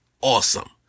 awesome